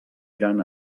eren